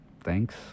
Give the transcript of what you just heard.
thanks